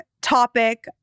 topic